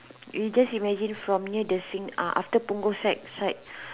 you just imagine from near the sink uh after Punggol side side